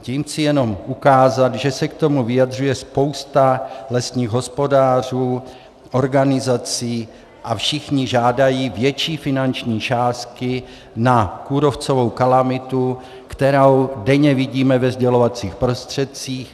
Tím chci jenom ukázat, že se k tomu vyjadřuje spousta lesních hospodářů, organizací a všichni žádají větší finanční částky na kůrovcovou kalamitu, kterou denně vidíme ve sdělovacích prostředcích.